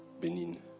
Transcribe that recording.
Benin